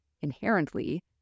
inherently